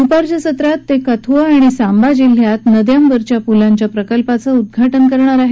दुपारच्या सत्रात ते कथुआ आणि सांबा जिल्ह्यात नद्यांवरच्या पुलांच्या प्रकल्पाचं उद्घाटन करतील